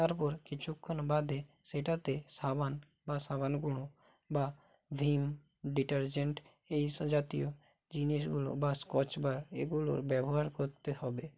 তারপর কিছুক্ষণ বাদে সেটাতে সাবান বা সাবান গুঁড়ো বা ভিম ডিটার্জেন্ট এইসব জাতীয় জিনিসগুলো বা স্কর্চব্রাইট এগুলো ব্যবহার করতে হবে